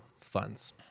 funds